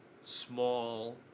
Small